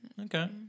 Okay